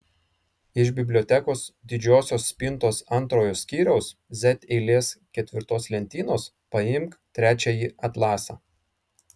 iš bibliotekos didžiosios spintos antrojo skyriaus z eilės ketvirtos lentynos paimk trečiąjį atlasą